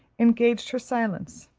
engaged her silence.